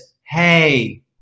hey